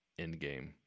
Endgame